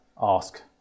ask